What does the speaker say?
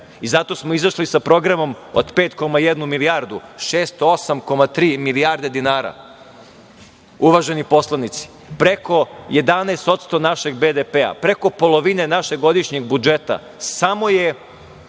i zato smo izašli sa programom od 5,1 milijardu, 608,3 milijarde dinara. Uvaženi poslanici, preko 11% našeg BDP, preko polovine našeg godišnjeg budžeta, samo je